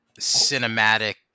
cinematic